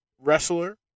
wrestler